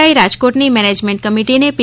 આઈ રાજકોટની મેનેજમેન્ટ કમિટીને પી